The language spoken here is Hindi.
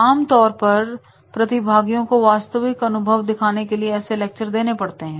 आमतौर पर प्रतिभागियों को वास्तविक अनुभव दिखाने के लिए ऐसे लेक्चर देने पड़ते हैं